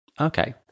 Okay